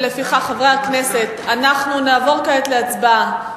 לפיכך, חברי הכנסת, אנחנו נעבור כעת להצבעה.